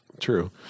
True